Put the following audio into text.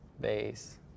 base